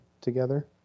together